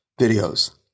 videos